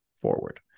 forward